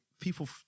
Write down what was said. people